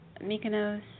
Mykonos